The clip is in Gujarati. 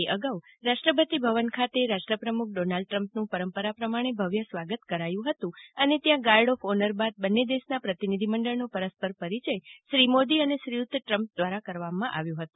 તે અગાઉ રાષ્ટ્રપતિ ભવન ખાતે રાષ્ટ્ર પ્રમુખ ડોનાલ્ડ ટ્રમ્પનું પરંપરા પ્રમાણે ભવ્ય સ્વાગત કરાયું હતું અને ત્યાં ગાર્ડ ઓફ ઓનર બાદ બંને દેશ ના પ્રતિનિધિમંડળ નો પરસ્પર પરિયય શ્રી મોદી અને શ્રીયુત ટ્રમ્પ દ્વારા કરાવવા માં આવ્યો હતો